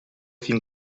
fin